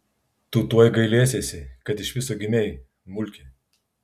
tu tuoj gailėsiesi kad iš viso gimei mulki